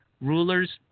rulers